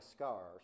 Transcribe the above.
scars